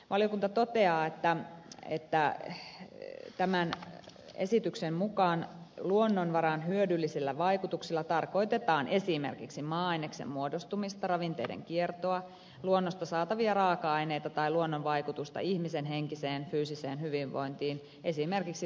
valiokunta toteaa että tämän esityksen mukaan luonnonvaran hyödyllisillä vaikutuksilla tarkoitetaan esimerkiksi maa aineksen muodostumista ravinteiden kiertoa luonnosta saatavia raaka aineita tai luonnon vaikutusta ihmisen henkiseen fyysiseen hyvinvointiin esimerkiksi virkistyskäyttömahdollisuuksia